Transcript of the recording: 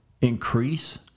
increase